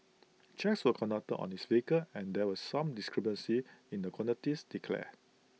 checks were conducted on his vehicle and there were some discrepancies in the quantities declared